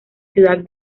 ciudad